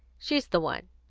she's the one.